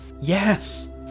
Yes